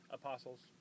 apostles